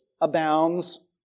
abounds